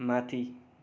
माथि